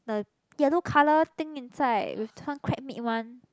the yellow colour thing inside with turn crab meat one